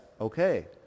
okay